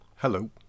Hello